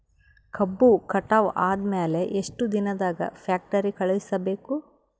ಕಬ್ಬು ಕಟಾವ ಆದ ಮ್ಯಾಲೆ ಎಷ್ಟು ದಿನದಾಗ ಫ್ಯಾಕ್ಟರಿ ಕಳುಹಿಸಬೇಕು?